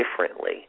differently